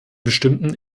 bestimmten